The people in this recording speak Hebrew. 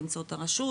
באמצעות הרשות,